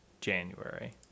January